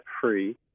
free